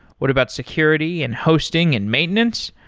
what about security and hosting and maintenance?